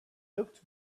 looked